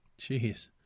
Jeez